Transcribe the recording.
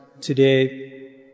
today